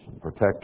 protect